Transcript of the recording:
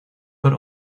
but